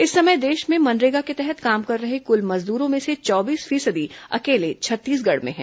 इस समय देश में मनरेगा के तहत काम कर रहे कुल मजदूरों में से चौबीस फीसदी अकेले छत्तीसगढ़ में है